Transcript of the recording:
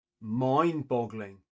mind-boggling